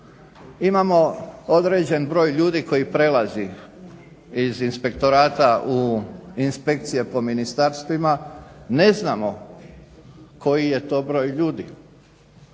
imamo određen broj ljudi koji prelazi iz inspektorata u inspekcije po ministarstvima. Ne znamo koji je to broj ljudi.